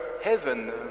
heaven